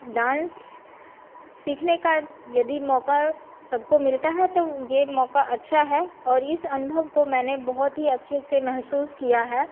dance सीखने का यदि मौका सबको मिलता है तो यह मौका अच्छा है और इस अनुभव को मैंने बहुत ही अच्छे से महसूस किया है